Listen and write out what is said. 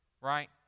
right